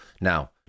Now